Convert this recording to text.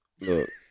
look